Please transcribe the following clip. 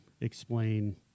explain